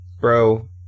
bro